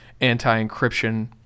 anti-encryption